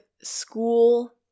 school